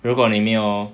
如果你没有